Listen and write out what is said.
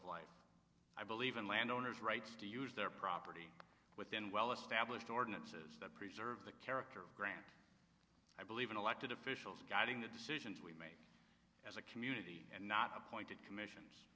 of life i believe in land owners rights to use their property within well established ordinances that preserve the character i believe in elected officials guiding the decisions we make as a community and not appointed commissions